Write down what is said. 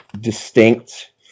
distinct